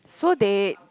so they